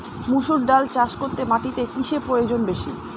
মুসুর ডাল চাষ করতে মাটিতে কিসে প্রয়োজন বেশী?